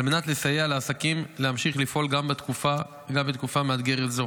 מנת לסייע לעסקים להמשיך לפעול גם בתקופה מאתגרת זו.